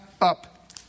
up